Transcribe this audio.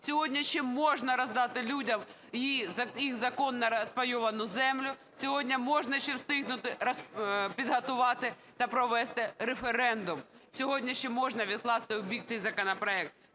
Сьогодні ще можна роздати людям їх законно розпайовану землю, сьогодні можна ще встигнути підготувати та провести референдум. Сьогодні ще можна відкласти у бік цей законопроект,